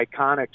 iconic